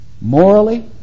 Morally